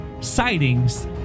sightings